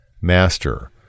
Master